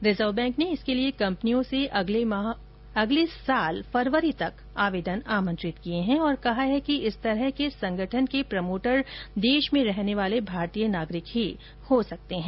reserve bank ने इसके लिए कंपनियों से अगले साल फरवरी तक आवेदन आमंत्रित किये हैं और कहा है कि इस तरह के संगठन के प्रमोटर देश में रहने वाले भारतीय नागरिक ही हो सकते हैं